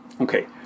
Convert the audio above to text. okay